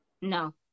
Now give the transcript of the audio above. No